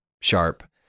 sharp